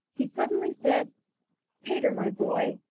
he suddenly said peter, my boy,